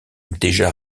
déjà